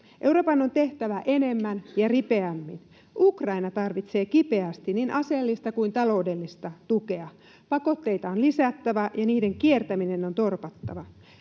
Euroopan on tehtävä enemmän ja ripeämmin. Ukraina tarvitsee kipeästi niin aseellista kuin taloudellista tukea. Pakotteita on lisättävä, ja niiden kiertäminen on torpattava.